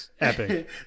epic